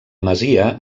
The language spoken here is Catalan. masia